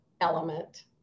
element